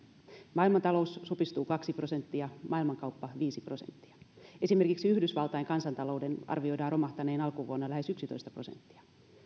maailmantalous supistuu kaksi prosenttia maailmankauppa viisi prosenttia esimerkiksi yhdysvaltain kansantalouden arvioidaan romahtaneen alkuvuonna lähes yksitoista prosenttia